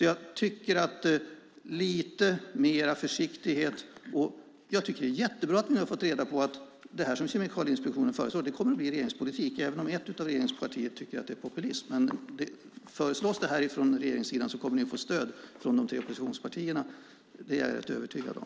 Jag tycker att det är jättebra att vi har fått reda på att det som Kemikalieinspektionen föreslår kommer att bli regeringspolitik, även om ett av regeringspartierna tycker att det är populism. Men föreslås detta från regeringssidan kommer ni att få stöd från de tre oppositionspartierna - det är jag helt övertygad om.